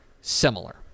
similar